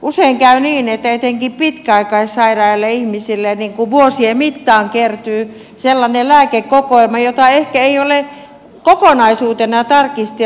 usein käy niin että etenkin pitkäaikaissairaille ihmisille vuosien mittaan kertyy sellainen lääkekokoelma jota ehkä ei ole kokonaisuutena tarkisteltu